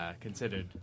considered